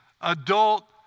adult